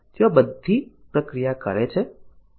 તેઓ બધા પ્રક્રિયા કરે છે